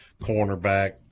cornerback